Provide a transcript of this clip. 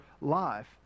life